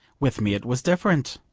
with me it was different.